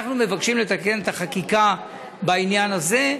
אנחנו מבקשים לתקן את החקיקה בעניין הזה,